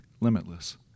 limitless